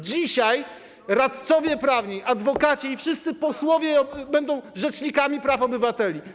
Dzisiaj radcowie prawni, adwokaci i wszyscy posłowie będą rzecznikami praw obywateli.